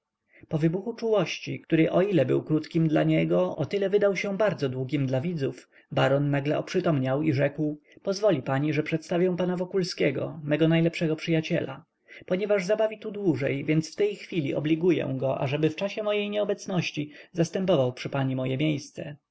po wybuchu czułości który o ile był krótkim dla niego o tyle wydał się bardzo długim dla widzów baron nagle oprzytomniał i rzekł pozwoli pani że przedstawię pana wokulskiego mego najlepszego przyjaciela ponieważ zabawi tu dłużej więc w tej chwili obliguję go ażeby w czasie mojej nieobecności zastępował przy pani moje miejsce